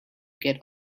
get